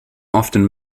often